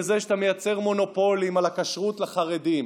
בזה שאתה מייצר מונופולים על הכשרות לחרדים.